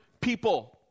people